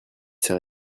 sais